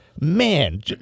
man